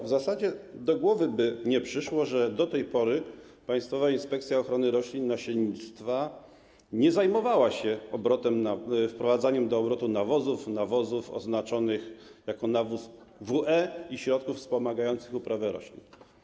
W zasadzie do głowy by nie przyszło, że do tej pory Państwowa Inspekcja Ochrony Roślin i Nasiennictwa nie zajmowała się wprowadzaniem do obrotu nawozów oznaczonych jako nawóz WE i środków wspomagających uprawę roślin.